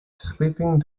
sleeping